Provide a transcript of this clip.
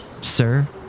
Sir